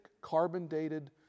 carbon-dated